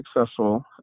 successful